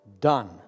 Done